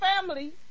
family